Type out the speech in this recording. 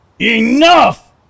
Enough